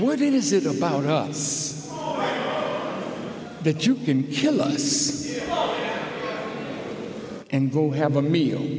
it is it about us that you can kill us and go have a meal